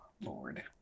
lord